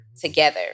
together